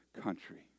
country